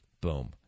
Boom